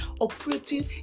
operating